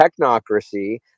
technocracy